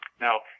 Now